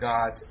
God